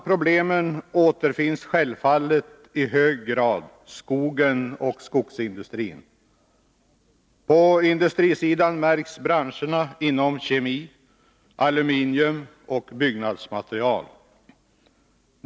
Problemen återfinns självfallet i hög grad i skogsnäringen och skogsindustrin, vidare inom branscherna kemi, aluminium och byggnadsmaterial.